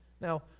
Now